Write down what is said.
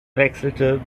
wechselte